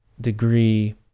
degree